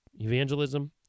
evangelism